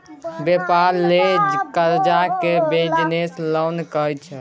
बेपार लेल करजा केँ बिजनेस लोन कहै छै